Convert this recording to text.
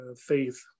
faith